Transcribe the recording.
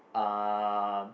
um